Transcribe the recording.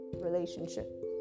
relationship